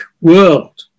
world